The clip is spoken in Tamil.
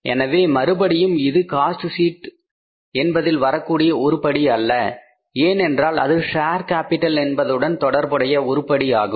எனவே மறுபடியும் இது காஸ்ட் ஷீட் என்பதில் வரக்கூடிய உருப்படி அல்ல ஏனென்றால் அது ஷேர் கேப்பிட்டல் என்பதுடன் தொடர்புடைய உருப்படி ஆகும்